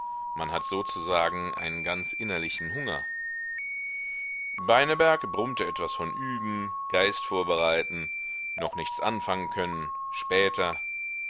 man hat sozusagen einen ganz innerlichen hunger beineberg brummte etwas von üben geist vorbereiten noch nichts anfangen können später